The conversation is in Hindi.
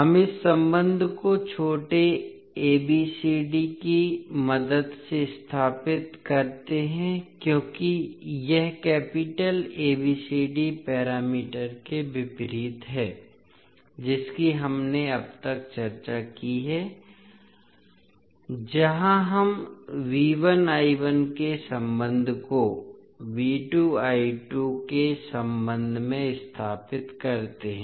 हम इस संबंध को छोटे एबीसी की मदद से स्थापित करते हैं क्योंकि यह कैपिटल ABCD पैरामीटर के विपरीत है जिसकी हमने अब तक चर्चा की है जहां हम के संबंध को के संबंध में स्थापित करते हैं